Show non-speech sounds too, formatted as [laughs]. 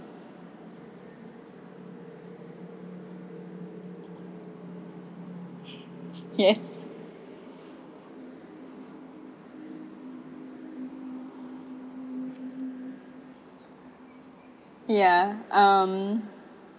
ya [laughs] ya um